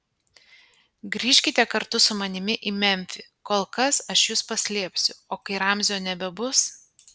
grįžkite kartu su manimi į memfį kol kas aš jus paslėpsiu o kai ramzio nebebus